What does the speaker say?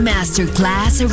Masterclass